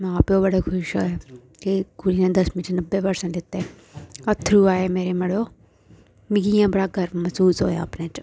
मां प्यो बड़े खुश होए कि कुड़ी ने दसमीं च नब्बे परसेंट लेैते अत्थरूं आए मेरे मड़ो मिगी इ'यां बड़ा गर्व महसूस होएआ अपने च